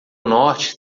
norte